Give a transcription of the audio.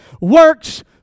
works